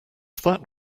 that